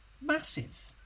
massive